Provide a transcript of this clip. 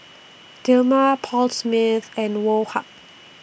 Dilmah Paul Smith and Woh Hup